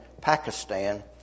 Pakistan